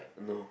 no